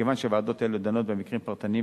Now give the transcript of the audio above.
מכיוון שוועדות אלה דנות במקרים פרטניים